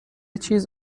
چیز